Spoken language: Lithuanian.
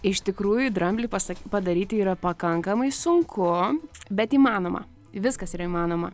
iš tikrųjų dramblį pasa padaryti yra pakankamai sunku bet įmanoma viskas yra įmanoma